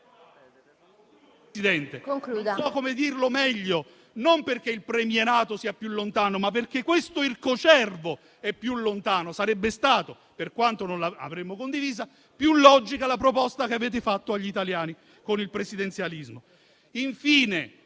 Presidente. Non so come dirlo meglio, non perché il premierato sia più lontano, ma perché questo ircocervo è più lontano. Sarebbe stata, per quanto non l'avremmo condivisa, più logica la proposta che avete fatto agli italiani con il presidenzialismo.